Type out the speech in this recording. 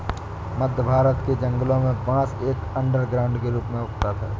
मध्य भारत के जंगलों में बांस एक अंडरग्राउंड के रूप में उगता है